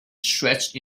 stretched